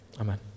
amen